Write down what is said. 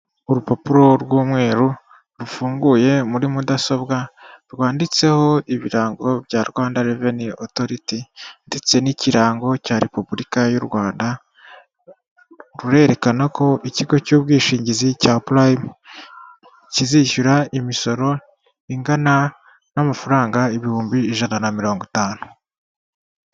Urupapuro rw'umweru rufunguye muri mudasobwa rwanditseho ibirango bya Rwanda Revenue Authority ndetse n'ikirango cya repubulika y'u Rwanda, rurerekana ko ikigo cy'ubwishingizi cya Prime kizishyura imisoro ingana n'amafaranga ibihumbi ijana na mirongo itanu.